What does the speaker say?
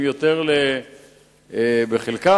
בחלקם,